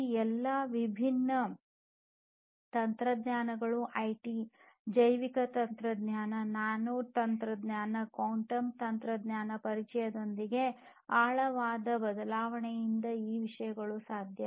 ಈ ಎಲ್ಲಾ ವಿಭಿನ್ನ ತಂತ್ರಜ್ಞಾನಗಳು ಐಟಿ ಜೈವಿಕ ತಂತ್ರಜ್ಞಾನ ನ್ಯಾನೊ ತಂತ್ರಜ್ಞಾನ ಮತ್ತು ಕ್ವಾಂಟಮ್ ತಂತ್ರಜ್ಞಾನದ ಪರಿಚಯದೊಂದಿಗೆ ಆಳವಾದ ಬದಲಾವಣೆಯಿಂದಾಗಿ ಈ ವಿಷಯಗಳು ಸಾಧ್ಯ